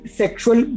sexual